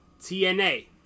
TNA